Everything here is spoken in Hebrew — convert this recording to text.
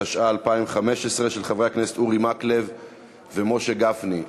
התשע"ה 2015, של חברי הכנסת אורי מקלב ומשה גפני.